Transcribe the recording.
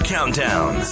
Countdown